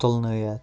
تُلنٲیِتھ